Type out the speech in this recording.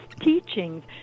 teachings